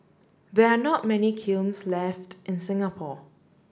we are not many kilns left in Singapore